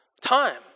time